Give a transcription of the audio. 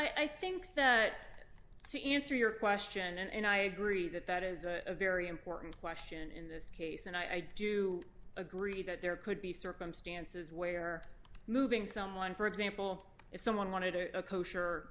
i think to answer your question and i agree that that is a very important question in this case and i do agree that there could be circumstances where moving someone for example if someone wanted a kosher